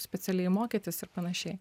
specialiai mokytis ir panašiai